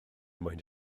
moyn